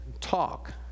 talk